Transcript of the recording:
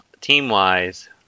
team-wise